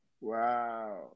Wow